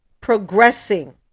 progressing